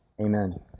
Amen